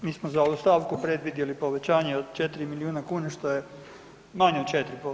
Mi smo za ovu stavku predvidjeli povećanje od četiri milijuna kuna što je manje od 4%